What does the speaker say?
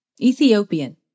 Ethiopian